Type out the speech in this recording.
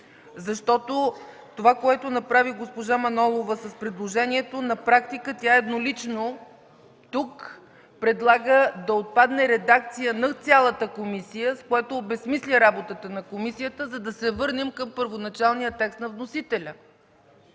защото това, което направи госпожа Манолова с предложението, на практика тя еднолично тук предлага да отпадне редакцията на цялата комисия, с което обезмисля работата на комисията, за да се върнем към първоначалния текст на вносителя.